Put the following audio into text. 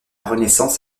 renaissance